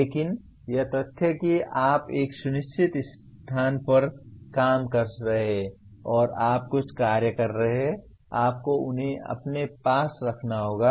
लेकिन यह तथ्य कि आप एक निश्चित स्थान पर काम कर रहे हैं और आप कुछ कार्य कर रहे हैं आपको उन्हें अपने पास रखना होगा